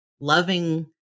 loving